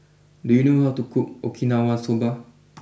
do you know how to cook Okinawa Soba